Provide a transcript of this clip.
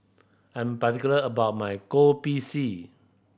I'm particular about my Kopi C